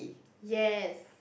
yes